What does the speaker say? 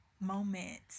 moment